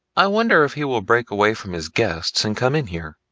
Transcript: i wonder if he will break away from his guests and come in here?